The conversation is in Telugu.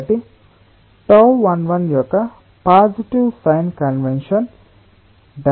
కాబట్టి τ11 యొక్క పాజిటివ్ సైన్ కన్వెన్షన్ డైరెక్షన్ ఏమిటి